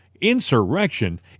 Insurrection